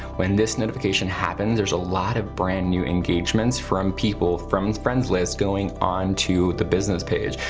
when this notification happens, there's a lot of brand new engagements from people, from friends lists going on to the business page.